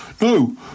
No